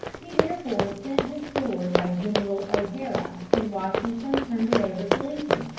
he therefore sent his sword by general o'hara, and washington turned it over to lincoln,